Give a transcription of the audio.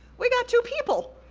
we got two people.